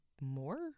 more